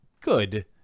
good